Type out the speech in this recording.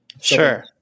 Sure